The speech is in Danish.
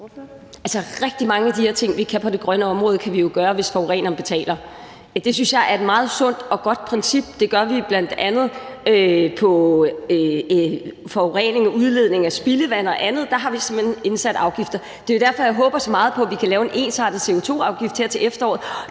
Rigtig mange af de her ting på det grønne område, kan vi jo gøre, hvis forureneren betaler. Det synes jeg er et meget sundt og godt princip. Vi anvender det bl.a. ved forurening og udledning af spildevand og andet. Der har vi simpelt hen indført afgifter. Det er jo derfor, jeg håber så meget på, at vi kan lave en ensartet CO2-afgift her til efteråret.